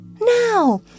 Now